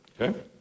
okay